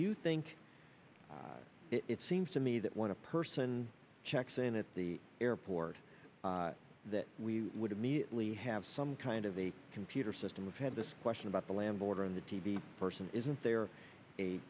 you think it seems to me that when a person checks in at the airport that we would immediately have some kind of a computer system we've had this question about the land border on the t v person isn't there a